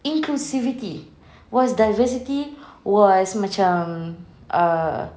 inclusivity was diversity was macam err